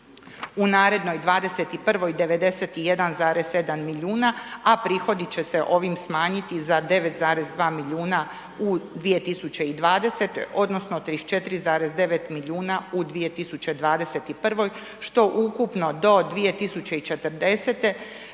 u narednoj 21. 91,7 milijuna, a prihodi će se ovim smanjiti za 9,2 milijuna u 2020., odnosno 34,9 milijuna u 2021., što ukupno do 2040.